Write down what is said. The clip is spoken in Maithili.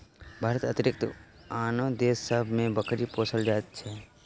भारतक अतिरिक्त आनो देश सभ मे बकरी पोसल जाइत छै